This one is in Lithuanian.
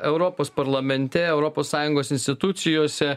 europos parlamente europos sąjungos institucijose